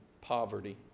poverty